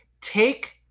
take